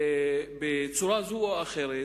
ובצורה זו או אחרת,